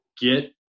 get